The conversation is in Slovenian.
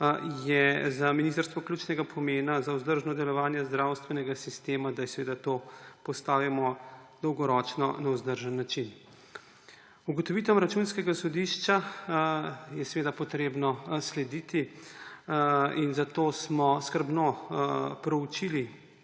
je za ministrstvo ključnega pomena za vzdržno delovanje zdravstvenega sistema, da to postavimo dolgoročno na vzdržen način. Ugotovitvam Računskega sodišča je seveda potrebno slediti in zato smo skrbno proučili